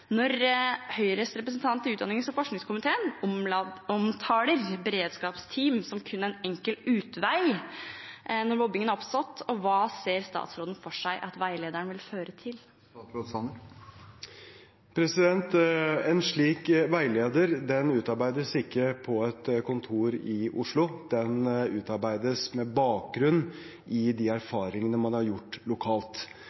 når Høyres representant i utdannings- og forskningskomiteen omtaler beredskapsteam som kun en enkel utvei når mobbingen er oppstått? Og hva ser statsråden for seg at veilederen vil føre til? En slik veileder utarbeides ikke på et kontor i Oslo; den utarbeides med bakgrunn i de